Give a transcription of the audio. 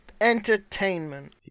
entertainment